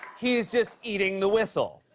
he's just eating the whistle.